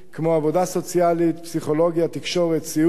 כמו עבודה סוציאלית, פסיכולוגיה, תקשורת, סיעוד,